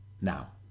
Now